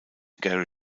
gary